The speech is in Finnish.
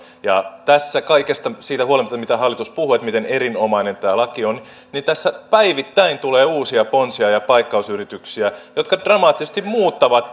huolimatta kaikesta siitä mitä hallitus puhuu että miten erinomainen tämä laki on tässä päivittäin tulee uusia ponsia ja paikkausyrityksiä jotka dramaattisesti muuttavat